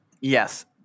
Yes